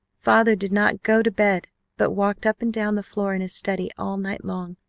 father did not go to bed but walked up and down the floor in his study all night long.